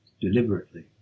deliberately